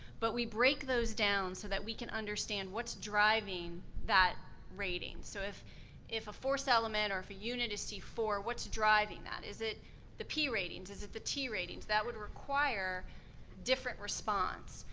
but we break those down, so that we can understand what's driving that rating? so if if a force element or if a unit is c four, what's driving that? is it the p ratings, is it the t ratings? that would require a different response.